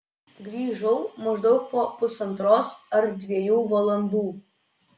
grįžau maždaug po pusantros ar dviejų valandų